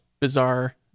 Bizarre